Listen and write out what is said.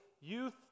youth